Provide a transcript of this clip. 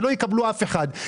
שלא יקבל אף אחד.